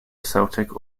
celtic